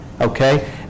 Okay